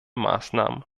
maßnahmen